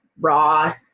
raw